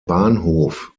bahnhof